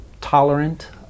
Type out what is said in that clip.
tolerant